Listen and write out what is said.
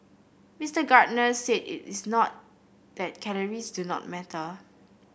Mister Gardner said it is not that calories do not matter